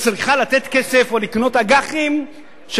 שצריכה לתת כסף או לקנות אג"חים של